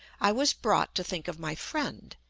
i was brought to think of my friend,